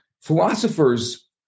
philosophers